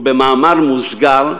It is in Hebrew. ובמאמר מוסגר,